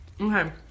Okay